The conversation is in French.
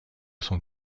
leçons